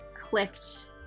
clicked